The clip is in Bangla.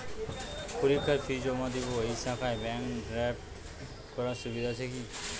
পরীক্ষার ফি জমা দিব এই শাখায় ব্যাংক ড্রাফট করার সুবিধা আছে কি?